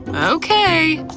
okay.